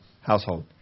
household